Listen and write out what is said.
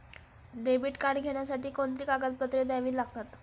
Debit card घेण्यासाठी कोणती कागदपत्रे द्यावी लागतात?